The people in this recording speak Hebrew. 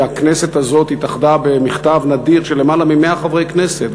והכנסת הזאת התאחדה במכתב נדיר של יותר מ-100 מחברי הכנסת,